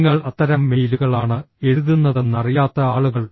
നിങ്ങൾ അത്തരം മെയിലുകളാണ് എഴുതുന്നതെന്ന് അറിയാത്ത ആളുകൾ